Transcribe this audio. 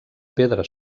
pedra